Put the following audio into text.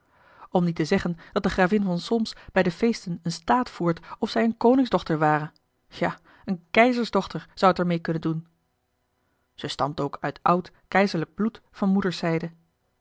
om niet te zeggen dat de gravin van solms bij de feesten een staat voert of zij eene koningsdochter ware ja eene keizersdochter zou t er meê kunnen doen ze stamt ook uit oud keizerlijk bloed van moeders zijde